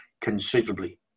considerably